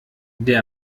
der